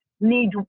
need